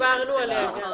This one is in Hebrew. כן, דיברנו עליה.